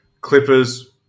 Clippers